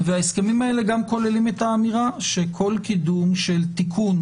וההסכמים האלה גם כוללים את האמירה שכל קידום של תיקון